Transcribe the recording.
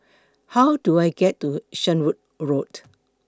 How Do I get to Shenvood Road